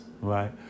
right